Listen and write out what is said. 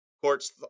courts